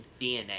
DNA